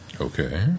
Okay